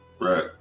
Right